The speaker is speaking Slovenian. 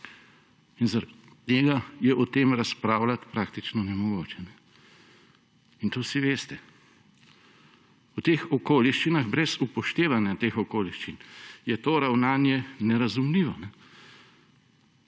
Zaradi tega je o tem razpravljati praktično nemogoče in to vsi veste. V teh okoliščinah je brez upoštevanja tistih okoliščin to ravnanje nerazumljivo.